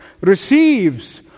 receives